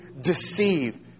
deceive